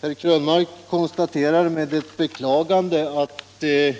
Herr Krönmark konstaterar med beklagande att det